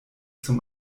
zum